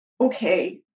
okay